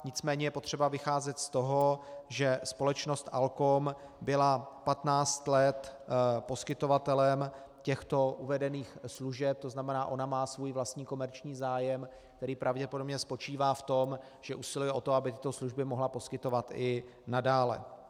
Nicméně je potřeba vycházet z toho, že společnost ALKOM byla patnáct let poskytovatelem těchto uvedených služeb, to znamená, že ona má svůj vlastní komerční zájem, který pravděpodobně spočívá v tom, že usiluje o to, aby tyto služby mohla poskytovat i nadále.